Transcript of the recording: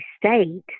state